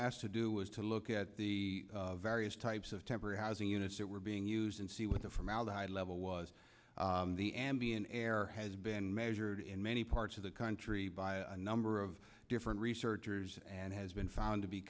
asked to do was to look at the various types of temporary housing units that were being used and see what the formaldehyde level was the ambient air has been measured in many parts of the country by a number of different researchers and has been found to be